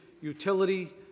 utility